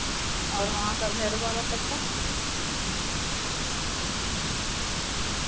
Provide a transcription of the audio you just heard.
और वहाँ का भैरो बाबा तक का